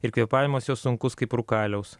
ir kvėpavimas jo sunkus kaip rūkaliaus